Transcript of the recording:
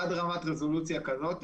עד רמת רזולוציה כזאת,